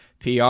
PR